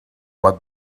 but